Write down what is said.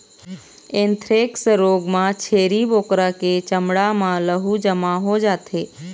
anthrax रोग म छेरी बोकरा के चमड़ा म लहू जमा हो जाथे